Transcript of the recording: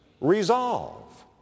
resolve